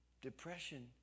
Depression